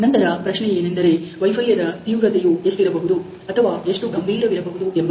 ನಂತರ ಪ್ರಶ್ನೆಯೇನೆಂದರೆ ವೈಫಲ್ಯದ ತೀವ್ರತೆಯು ಎಷ್ಟಿರಬಹುದು ಅಥವಾ ಎಷ್ಟು ಗಂಭೀರವಿರಬಹುದು ಎಂಬುದು